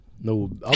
No